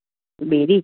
berry